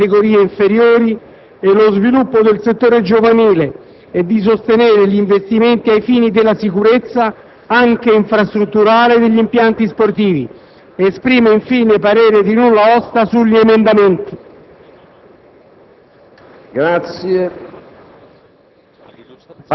anche al fine di valorizzare e incentivare le categorie inferiori e lo sviluppo del settore giovanile e di sostenere gli investimenti ai fini della sicurezza, anche infrastrutturale, degli impianti sportivi;". Esprime infine parere di nulla osta sugli emendamenti».